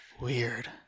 weird